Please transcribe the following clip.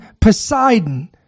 Poseidon